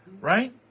right